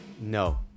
no